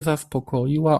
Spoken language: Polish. zaspokoiła